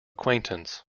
acquaintance